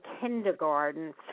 kindergarten